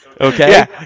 Okay